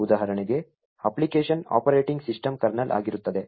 ಉದಾಹರಣೆ application operating system kernel ಆಗಿರುತ್ತದೆ